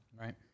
Right